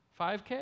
5K